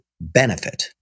benefit